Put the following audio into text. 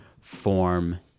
form